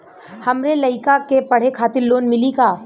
हमरे लयिका के पढ़े खातिर लोन मिलि का?